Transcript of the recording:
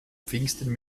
pfingsten